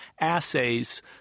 assays